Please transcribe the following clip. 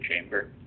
chamber